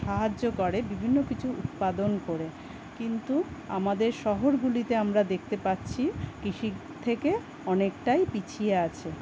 সাহায্য করে বিভিন্ন কিছু উৎপাদন করে কিন্তু আমাদের শহরগুলিতে আমরা দেখতে পাচ্ছি কৃষির থেকে অনেকটাই পিছিয়ে আছে